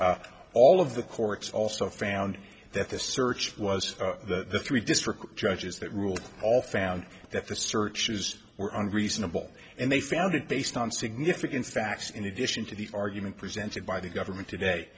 all of the courts also found that the search was that the three district judges that ruled all found that the searches were unreasonable and they found it based on significant facts in addition to the argument presented by the government to